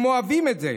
הם אוהבים את זה,